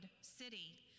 city